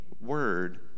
word